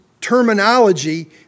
terminology